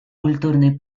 культурный